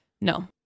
No